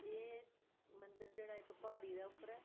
एह् मंदर जेह्ड़ा ऐ इक पहाड़ी दे उप्पर ऐ